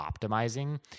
optimizing